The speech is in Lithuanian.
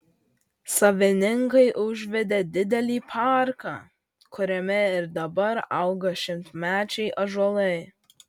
savininkai užvedė didelį parką kuriame ir dabar auga šimtmečiai ąžuolai